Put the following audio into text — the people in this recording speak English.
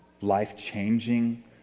life-changing